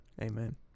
Amen